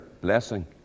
blessing